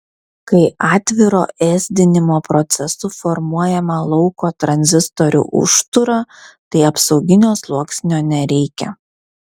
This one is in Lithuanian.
kai atviro ėsdinimo procesu formuojama lauko tranzistorių užtūra tai apsauginio sluoksnio nereikia